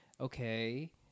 okay